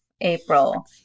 April